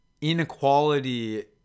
inequality